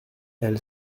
elle